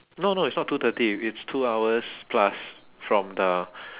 no no it's not two thirty it's two hours plus from the